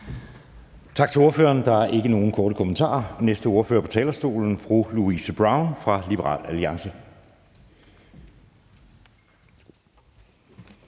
Tak til ordføreren. Der er ikke nogen korte bemærkninger. Næste ordfører på talerstolen er fru Louise Brown fra Liberal Alliance.